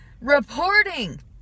reporting